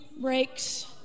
breaks